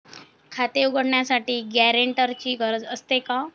खाते उघडण्यासाठी गॅरेंटरची गरज असते का?